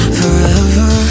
forever